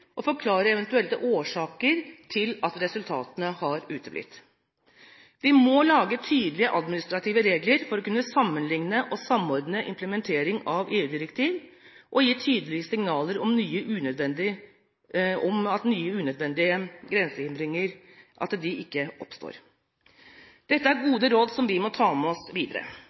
forklare eventuelle årsaker til at resultatene har uteblitt. Vi må lage tydelige administrative regler for å kunne sammenligne og samordne implementering av EU-direktiv og gi tydelige signaler om at nye unødvendige grensehindringer ikke oppstår. Dette er gode råd som vi må ta med oss videre.